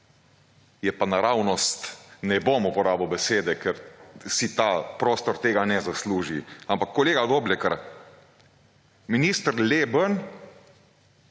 je pa naravnost ne bom uporabil besede, ker si ta prostor tega ne zasluži, ampak kolega Doblekar minister Leben